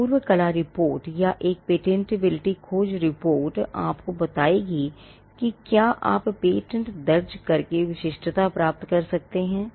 एक पूर्व कला रिपोर्ट या एक पेटेंटबिलिटी खोज रिपोर्ट आपको बताएगी कि क्या आप पेटेंट दर्ज करके विशिष्टता प्राप्त कर सकते हैं